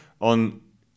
on